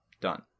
Done